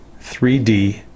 3D